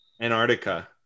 Antarctica